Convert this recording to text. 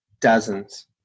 dozens